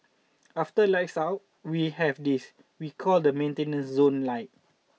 after lights out we have this we call the maintenance zone light